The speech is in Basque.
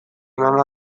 lana